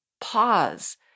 pause